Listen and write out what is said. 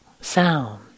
sound